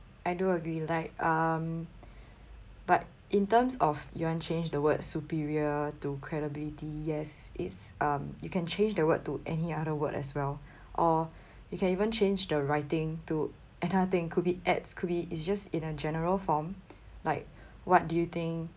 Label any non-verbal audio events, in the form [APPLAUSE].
I do agree like um [BREATH] but in terms of you want change the word superior to credibility yes it's um you can change the word to any other word as well [BREATH] or you can even change the writing to another thing could be ads could be it's just in a general form like [BREATH] what do you think